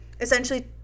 essentially